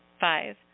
five